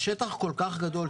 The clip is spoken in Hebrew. השטח כל כך גדול.